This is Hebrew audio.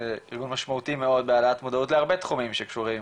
ארגון משמעותי מאוד בהעלאת מודעות להרבה תחומים שקשורים